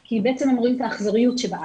כי בעצם הם רואים את האכזריות שבאקט.